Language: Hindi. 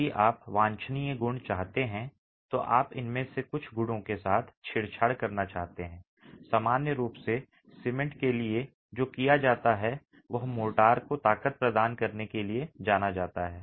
यदि आप वांछनीय गुण चाहते हैं तो आप इनमें से कुछ गुणों के साथ छेड़छाड़ करना चाहते हैं सामान्य रूप से सीमेंट के लिए जो किया जाता है वह मोर्टार को ताकत प्रदान करने के लिए जाना जाता है